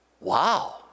Wow